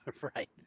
Right